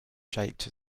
shaped